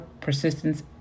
persistence